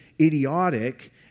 idiotic